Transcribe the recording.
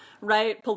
right